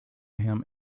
him